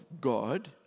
God